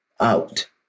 out